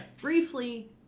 Briefly